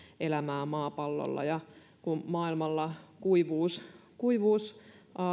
elämää maapallolla kun maailmalla kuivuus kuivuus